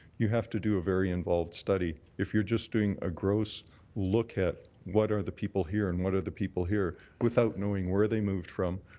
you have to do a very involved study. if you're just doing a gross look at what are the people here and what are the people here, without knowing where they moved from,